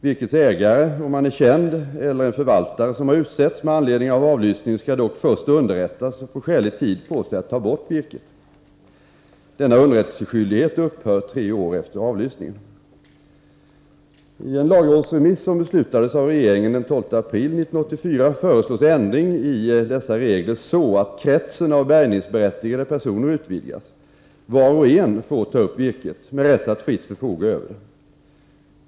Virkets ägare, om han är känd, eller en förvaltare som har utsetts med anledning av avlysningen skall dock först underrättas och få skälig tid på sig att ta bort virket. Denna underrättelseskyldighet upphör tre år efter avlysningen. I en lagrådsremiss som beslutades av regeringen den 12 april 1984 föreslås ändring i dessa regler så att kretsen av bärgningsberättigade personer utvidgas; var och en får ta upp virket med rätt att fritt förfoga över det.